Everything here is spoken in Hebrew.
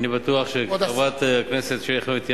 אני בטוח שחברת הכנסת שלי יחימוביץ,